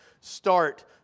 start